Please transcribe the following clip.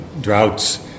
droughts